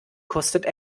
kostet